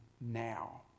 now